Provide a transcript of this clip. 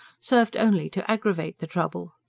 served only to aggravate the trouble.